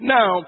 Now